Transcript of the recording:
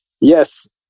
yes